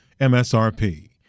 MSRP